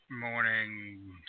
morning